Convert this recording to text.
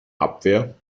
abwehr